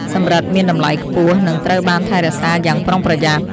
សំរឹទ្ធិមានតម្លៃខ្ពស់ និងត្រូវបានថែរក្សាយ៉ាងប្រុងប្រយ័ត្ន។